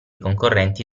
concorrenti